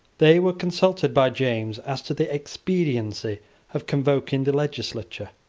they were consulted by james as to the expediency of convoking the legislature.